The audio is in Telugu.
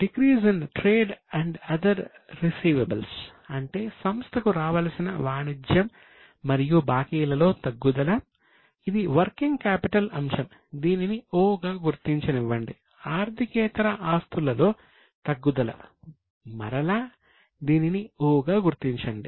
decrease in trade and other రిసీవబుల్స్లో తగ్గుదల మరలా దీనిని 'O' గా గుర్తించండి